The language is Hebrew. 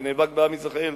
נאבק בעם ישראל,